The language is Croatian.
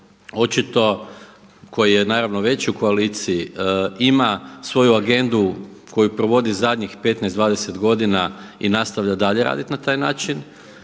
očito koji je naravno veći u koaliciji ima svoju agendu koju provodi zadnjih 15, 20 godina i nastavlja dalje raditi na taj način